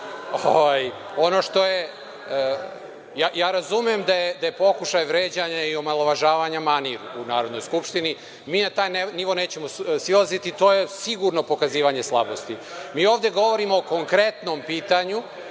na šta? Razumem da je pokušaj vređanja i omalovažavanja manir u Narodnoj skupštini. Mi na taj nivo nećemo silaziti, to je sigurno pokazivanje slabosti. Mi ovde govorimo o konkretnom pitanju